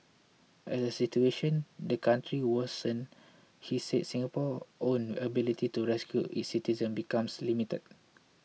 as the situation the country worsens he said Singapore's own ability to rescue its citizens becomes limited